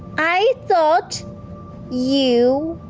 i thought you.